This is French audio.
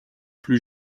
plus